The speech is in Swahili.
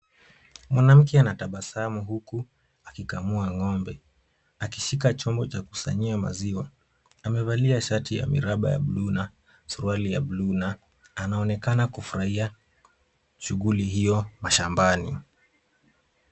Mwanamke anatabasamu huku akikamua ng'ombe akishika chombo cha kusanyia maziwa. Amevalia shati ya miraba ya blue na suruali ya blue na anaonekana kufurahia shughuli hiyo mashambani.